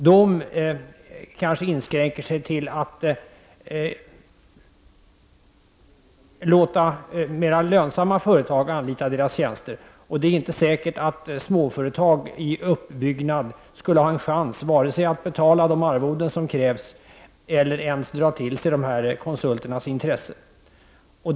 De kanske inskränker sig till att låta mera lönsamma företag anlita deras tjänster, och det är inte säkert att små företag i uppbyggnad skulle ha en chans vare sig att betala de arvoden som krävs eller ens att dra till sig dessa konsulters intresse.